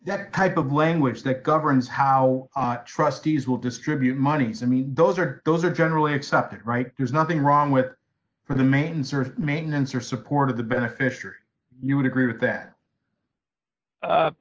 that type of language that governs how trustees will distribute money i mean those are those are generally accepted right there's nothing wrong with the mains or maintenance or support of the beneficiary you would agree with that